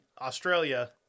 Australia